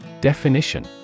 Definition